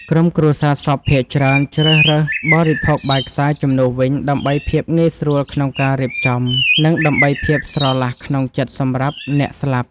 ក្រុមគ្រួសារសពភាគច្រើនជ្រើសរើសបរិភោគបាយខ្សាយជំនួសវិញ ដើម្បីភាពងាយស្រួលក្នុងការរៀបចំ និងដើម្បីភាពស្រឡះក្នុងចិត្តសម្រាប់អ្នកស្លាប់។